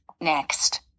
next